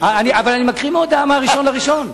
אבל אני קורא מהודעה מ-1 בינואר.